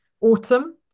autumn